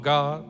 God